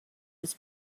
was